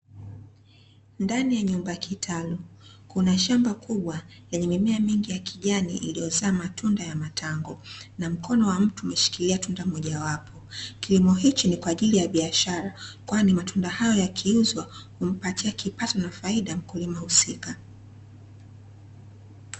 Ndani ya nyumba kitalu, kuna shamba kubwa lenye mimea mingi ya kijani iliyozaa matunda ya matango na mkono wa mtu umeshikilia tunda mojawapo. Kilimo hiki ni kwa ajili ya biashara, kwani matunda hayo yakiuzwa humpatia kipato na faida mkulima husika.